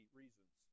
reasons